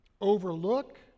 overlook